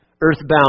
Earthbound